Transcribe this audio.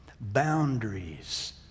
boundaries